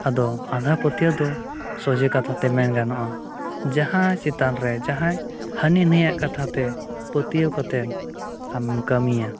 ᱟᱫᱚ ᱟᱸᱫᱷᱟ ᱯᱟᱹᱛᱭᱟᱹᱣ ᱫᱚ ᱥᱚᱡᱷᱮ ᱠᱟᱛᱷᱟᱛᱮ ᱢᱮᱱ ᱜᱟᱱᱚᱜᱼᱟ ᱡᱟᱦᱟᱸ ᱪᱮᱛᱟᱱ ᱨᱮ ᱡᱟᱦᱟᱸᱭ ᱦᱟᱹᱱᱤ ᱱᱟᱭᱟᱜ ᱠᱟᱛᱷᱟᱛᱮ ᱯᱟᱹᱛᱭᱟᱹᱣ ᱠᱟᱛᱮᱫ ᱟᱢᱮᱢ ᱠᱟᱹᱢᱤᱭᱟ